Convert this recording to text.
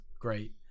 great